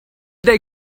they